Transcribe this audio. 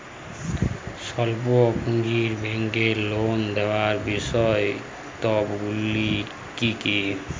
স্বল্প পুঁজির ব্যাংকের লোন নেওয়ার বিশেষত্বগুলি কী কী?